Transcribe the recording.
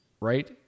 right